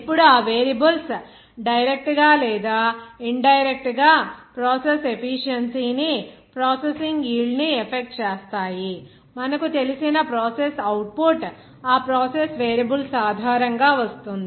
ఇప్పుడు ఆ variables direct గా లేదా ఇన్ డైరెక్ట్ గా ప్రాసెస్ ఎఫీషియెన్సీ నిప్రాసెసింగ్ యీల్డ్ ని ఎఫెక్ట్ చేస్తాయి మనకు తెలిసిన ప్రాసెస్ ఔట్పుట్ ఆ ప్రాసెస్ వేరియబుల్స్ ఆధారంగా వస్తుంది